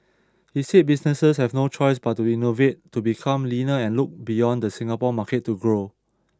he said businesses have no choice but to innovate to become leaner and look beyond the Singapore market to grow